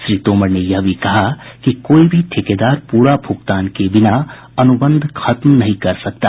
श्री तोमर ने यह भी कहा कि कोई भी ठेकेदार पूरा भुगतान किए बिना अनुबंध खत्म नहीं कर सकता